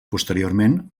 posteriorment